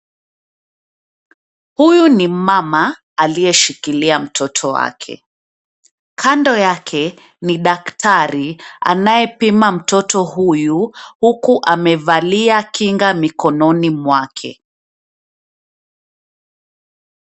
Huyu ni mama aliyeshikilia mtoto wake. Kando yake ni daktari anayepima mtoto huyu, huku amevalia kinga mikononi make.